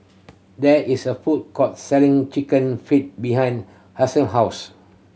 there is a food court selling Chicken Feet behind house